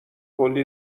کلی